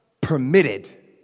permitted